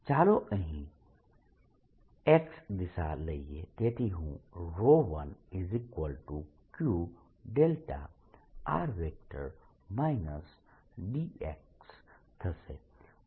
ચાલો અહીં x દિશા લઈએ તેથી હું 1Q થશે